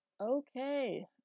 Okay